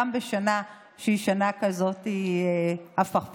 גם בשנה שהיא שנה כזאת הפכפכה.